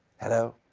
hello?